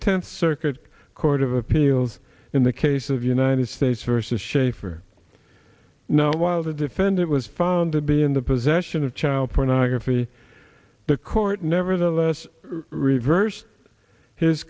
tenth circuit court of appeals in the case of united states versus schaefer now while the defendant was found to be in the possession of child pornography the court nevertheless reversed his